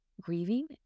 grieving